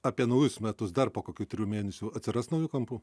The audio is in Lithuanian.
apie naujus metus dar po kokių trijų mėnesių atsiras naujų kampų